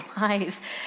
lives